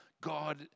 God